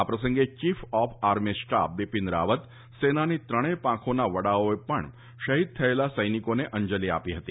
આ પ્રસંગે chief of army staff Bipin Rawat સેનાની ત્રણેય પાંખોના વડાઓએ પણ શહિદ થયેલા સૈનિકોને અંજલી આપી હતી